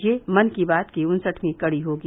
यह मन की बात की उन्सठवीं कड़ी होगी